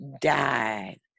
died